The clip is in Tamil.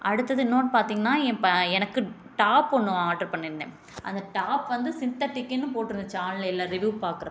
அடுத்தது இன்னொன்று பார்த்திங்கனா என் எனக்கு டாப் ஒன்று ஆர்டர் பண்ணியிருந்தேன் அந்த டாப் வந்து சின்த்தட்டிக்குன்னு போட்ருந்துச்சு ஆன்லைனில் ரிவீவ் பாக்கிறப்ப